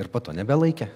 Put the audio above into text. ir po to nebelaikė